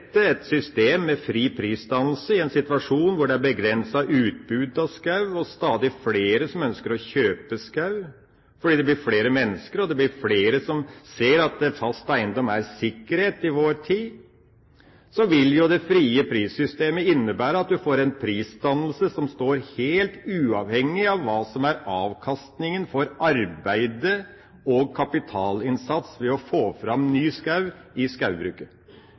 et system med fri prisdannelse i en situasjon hvor det er begrenset utbytte av skog, og det er stadig flere som ønsker å kjøpe skog fordi det blir flere mennesker, og det blir flere som ser at fast eiendom er sikkerhet i vår tid, vil det frie prissystemet innebære at du får en prisdannelse som står helt uavhengig av hva som er avkastningen av arbeidet og kapitalinnsatsen ved å få fram ny skog i